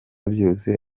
byose